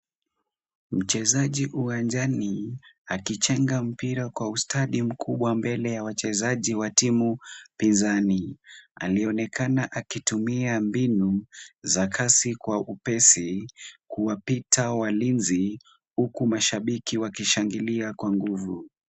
Mchezaji uwanjani akichenga mpira kwa ustadi mkubwa mbele ya wachezaji wa timu pinzani. Alionekana akitumia mbinu za kasi kwa upesi kuwapita walinzi, huku mashabiki wakishangilia kwa nguvu.